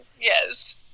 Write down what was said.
Yes